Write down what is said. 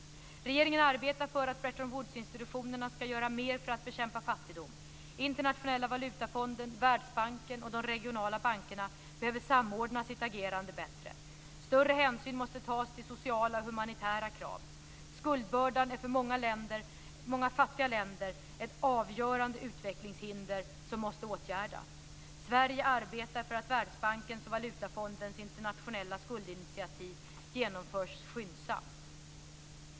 Regeringen arbetar för att Bretton Woodsinstitutionerna ska göra mer för att bekämpa fattigdom. Internationella valutafonden, Världsbanken och de regionala bankerna behöver samordna sitt agerande bättre. Större hänsyn måste tas till sociala och humanitära krav. Skuldbördan är för många fattiga länder ett avgörande utvecklingshinder som måste åtgärdas. Sverige arbetar för att Världsbankens och Valutafondens internationella skuldinitiativ genomförs skyndsamt.